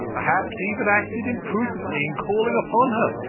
perhaps even acted imprudently in calling upon her,